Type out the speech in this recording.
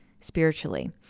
spiritually